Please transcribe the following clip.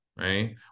right